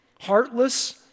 heartless